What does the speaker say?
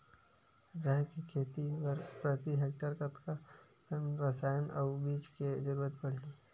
राहेर के खेती बर प्रति हेक्टेयर कतका कन रसायन अउ बीज के जरूरत पड़ही?